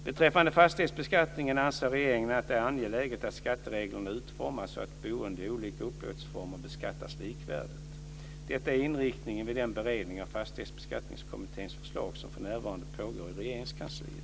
Beträffande fastighetsbeskattningen anser regeringen att det är angeläget att skattereglerna utformas så att boende i de olika upplåtelseformerna beskattas likvärdigt. Detta är inriktningen vid den beredning av Fastighetsbeskattningskommitténs förslag som för närvarande pågår inom Regeringskansliet.